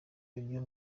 ibyo